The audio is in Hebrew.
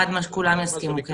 חד-משמעית, כולם יסכימו.